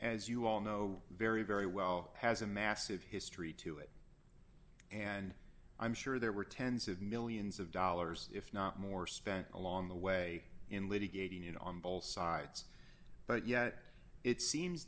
as you all know very very well has a massive history to it and i'm sure there were tens of millions of dollars if not more spent along the way in litigating you know on both sides but yet it seems